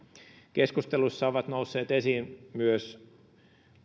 keskusteluissa ovat nousseet esiin myös